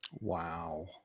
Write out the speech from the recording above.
Wow